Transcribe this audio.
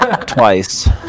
Twice